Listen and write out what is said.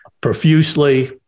profusely